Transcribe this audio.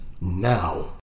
now